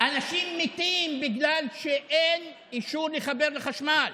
אנשים מתים בגלל שאין אישור לחבר לחשמל.